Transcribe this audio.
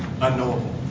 unknowable